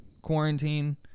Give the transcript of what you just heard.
quarantine